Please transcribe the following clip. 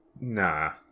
Nah